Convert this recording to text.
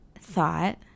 thought